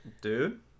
dude